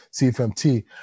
CFMT